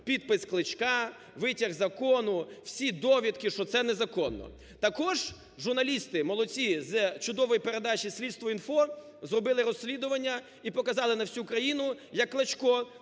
підпис Кличка, витяг закону, всі довідки, що це незаконно. Також журналісти-молодці з чудової передачі "Слідство.Інфо" зробили розслідування і показали на всю країну, як Кличко